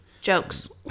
Jokes